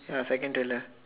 ya second trailer